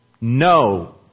No